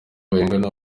bayingana